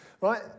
right